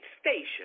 station